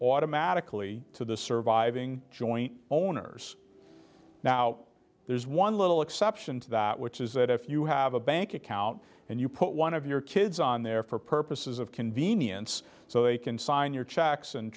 automatically to the surviving joint owners now there's one little exception to that which is that if you have a bank account and you put one of your kids on there for purposes of convenience so they can sign your checks and